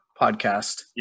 podcast